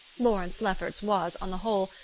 lawrence lefferts was, on the whole,